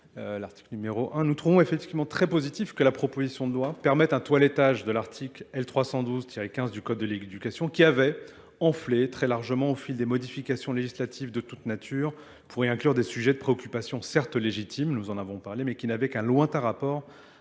l'article numéro 1. Nous trouvons effectivement très positif que la proposition de loi permette un toilettage de l'article L312-15 du Code de l'éducation qui avait enflé très largement au fil des modifications législatives de toute nature pour y inclure des sujets de préoccupation certes légitimes, nous en avons parlé, mais qui n'avaient qu'un lointain rapport